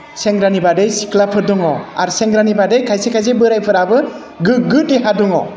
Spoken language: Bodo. सेंग्रानि बादै सिख्लाफोर दङ आरो सेंग्रानि बादै खायसे खायसे बोरायफोराबो गोग्गो देहा दङ